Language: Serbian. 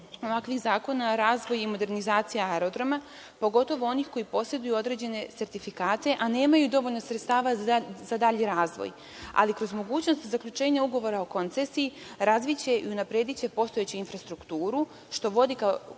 onakvih zakona razvoj i modernizacija aerodroma, pogotovo onih koji poseduju određene sertifikate, a nemaju dovoljno sredstava za dalji razvoj, ali kroz mogućnost zaključenja ugovora o koncesiji razviće i unaprediće postojeće infrastrukturu, što vodi ka